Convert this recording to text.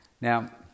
Now